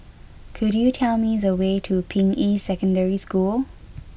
could you tell me the way to Ping Yi Secondary School